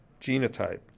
genotype